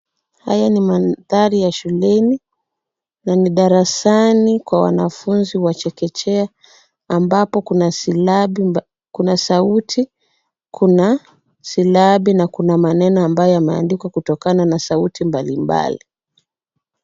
Haya ni mandhari ya shuleni na ni darasani kwa wanafunzi wa chekechea ambapo kuna silabi, kuna sauti, kuna silabi na kuna maneno ambayo yameandikwa kutokana na sauti mbalimbali.